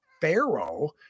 Pharaoh